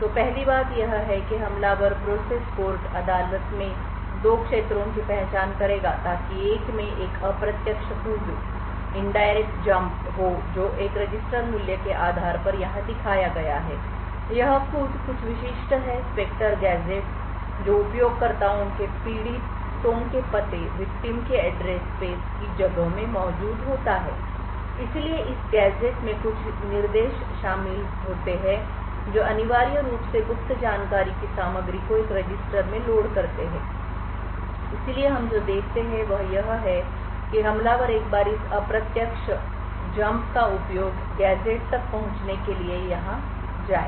तो पहली बात यह है कि हमलावर process court प्रोसेस कोर्ट अदालत में 2 क्षेत्रों की पहचान करेगा ताकि 1 में एक अप्रत्यक्ष कूदindirect jump इनडायरेक्ट जंप हो जो एक रजिस्टर मूल्य के आधार पर यहां दिखाया गया है और यह कूद कुछ विशिष्ट है स्पेक्टर गैजेट जो उपयोगकर्ताओं के पीड़ितों के पतेvictim ki address space victim address space की जगह में मौजूद होता है इसलिए इस गैजेट में कुछ निर्देश शामिल होते हैं जो अनिवार्य रूप से गुप्त जानकारी की सामग्री को एक रजिस्टर में लोड करते हैं इसलिए हम जो देखते हैं वह यह है कि हमलावर एक बार इस अप्रत्यक्ष जंप का उपयोग गैजेट तक पहुंचने के लिए यहां जाएं